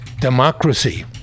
democracy